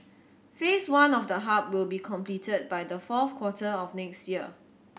Phase One of the hub will be completed by the fourth quarter of next year